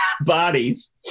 bodies